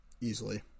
easily